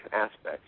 aspects